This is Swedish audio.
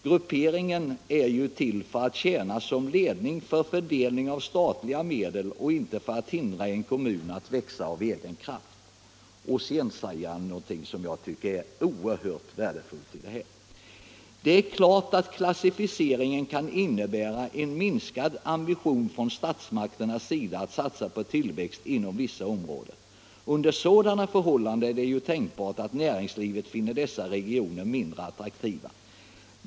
Grupperingen är ju till för att tjäna som ledning för fördelning av statliga medel och inte för att hindra en kommun att växa av egen kraft.” Sedan säger kommunministern någonting som jag tycker är oerhört värdefullt: ”Det är klart att klassificeringen kan innebära en minskad ambition från statsmakternas sida att satsa på tillväxt inom vissa områden. Under sådana förhållanden är det tänkbart att näringslivet finner dessa regioner mindre attraktiva.